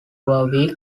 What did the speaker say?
warwick